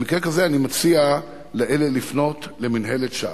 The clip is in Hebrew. במקרה כזה אני מציע לאלה לפנות למינהלת שא"ל.